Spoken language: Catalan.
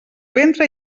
ventre